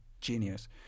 genius